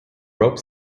rope